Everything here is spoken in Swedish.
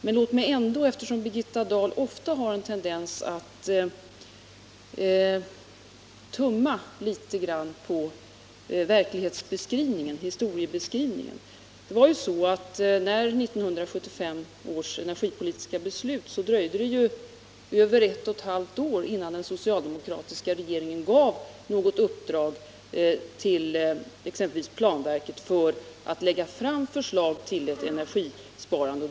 Men låt mig ändå, eftersom Birgitta Dahl ofta har en tendens att vilja tumma litet på historieskrivningen, lämna en kort redogörelse för vad som förevarit. Efter 1975 års energipolitiska beslut dröjde det ju över ett och ett halvt år innan den socialdemokratiska regeringen gav exempelvis planverket i uppdrag att lägga fram ett förslag till energisparande.